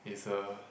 is a